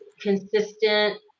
Consistent